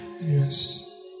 Yes